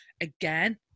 again